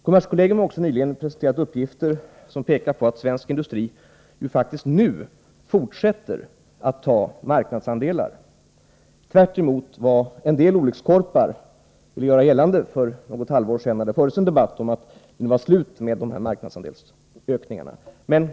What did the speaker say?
Kommerskollegium har nyligen presenterat uppgifter som visar att svensk industri faktiskt fortsätter att ta marknadsandelar, tvärtemot vad en del olyckskorpar ville göra gällande för något halvår sedan när man i debatten hävdade att det var slut med marknadsandelsökningarna.